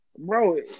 Bro